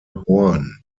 horn